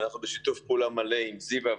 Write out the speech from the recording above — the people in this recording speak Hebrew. ואנחנו בשיתוף פעולה מלא עם זיוה,